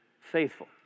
faithful